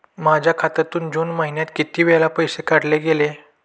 माझ्या खात्यातून जून महिन्यात किती वेळा पैसे काढले गेले?